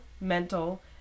mental